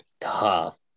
tough